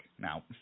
Now